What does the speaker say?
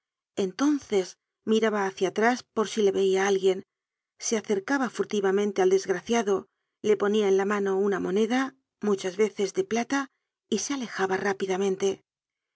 entonces miraba hácia atrás por si le veia alguien se acercaba furtivamente al desgraciado le ponia en la mano una moneda muchas veces de plata y se alejaba rápidamente